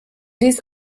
dies